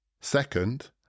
Second